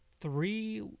three